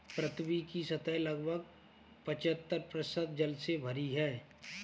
पृथ्वी की सतह लगभग पचहत्तर प्रतिशत जल से भरी है